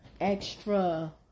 extra